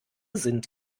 sind